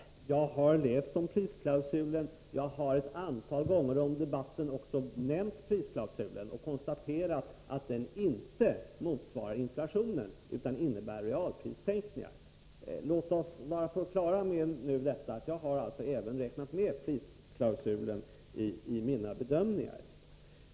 Fru talman! Jag har läst om prisklausulen. Jag har ett antal gånger under debatten också nämnt prisklausulen och konstaterat att den inte motsvarar inflationen utan innebär realprissänkningar. Låt oss alltså vara på det klara med att jag även räknat med prisklausulen i mina bedömningar.